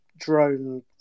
drone